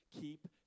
keep